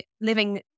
living